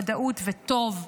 ודאות וטוב.